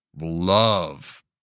love